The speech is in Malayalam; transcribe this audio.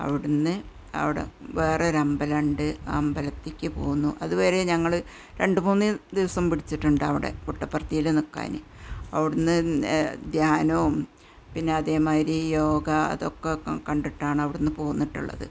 അവിടെ നിന്ന് അവിടെ വേറെ ഒരമ്പലം ഉണ്ട് അമ്പലത്തിലേക്കു പോന്നു അതുവരെ ഞങ്ങൾ രണ്ടു മൂന്ന് ദിവസം പിടിച്ചിട്ടുണ്ടവിടെ കുട്ടപ്പരത്തിയിൽ നിൽക്കാൻ അവിടെ നിന്ന് ധ്യാനവും പിന്നെ അതേമാതിരി യോഗ അതൊക്കെ കണ്ടിട്ടാണ് അവിടെ നിന്ന് പോന്നിട്ടുള്ളത്